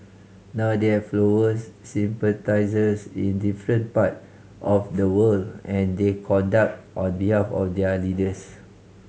now they have followers sympathisers in different part of the world and they conduct on behalf of their leaders